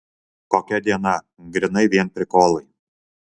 kokia diena grynai vien prikolai